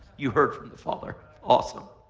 you've heard from the father. awesome.